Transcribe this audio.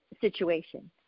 situation